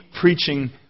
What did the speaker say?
preaching